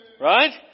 Right